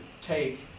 take